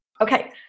okay